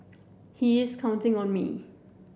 he is counting on me